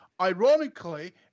ironically